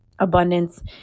Abundance